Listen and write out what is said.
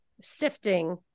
sifting